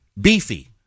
beefy